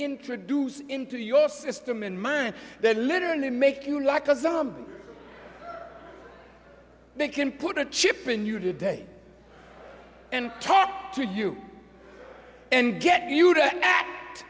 introduce into your system and mine then literally make you like a zombie they can put a chip in you today and talk to you and get you to act